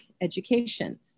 education